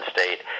State